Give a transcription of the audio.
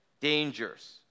dangers